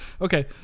Okay